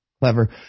clever